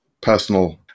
personal